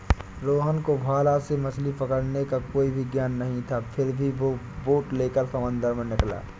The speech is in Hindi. रोहन को भाला से मछली पकड़ने का कोई भी ज्ञान नहीं था फिर भी वो बोट लेकर समंदर में निकला